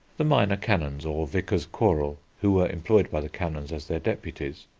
the minor-canons, or vicars-choral, who were employed by the canons as their deputies,